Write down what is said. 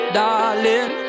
darling